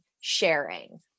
sharing